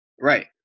Right